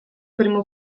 primo